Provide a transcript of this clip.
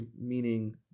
meaning